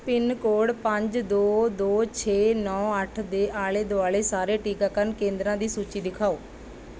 pin code ਪੰਜ ਦੋ ਦੋ ਛੇ ਨੌ ਅੱਠ ਦੇ ਆਲੇ ਦੁਆਲੇ ਸਾਰੇ ਟੀਕਾਕਰਨ ਕੇਂਦਰਾਂ ਦੀ ਸੂਚੀ ਦਿਖਾਓ